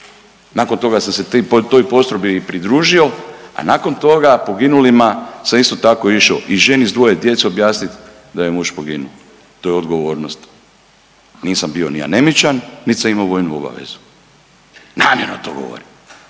nakon toga sam se toj postrojbi i pridružio, a nakon toga poginulima sam isto tako išao i ženi s dvoje djece objasnit da je muž poginuo, to je odgovornost, nisam bio ni anemičan, nit sam imao vojnu obavezu, namjerno to govorim,